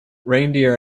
reindeer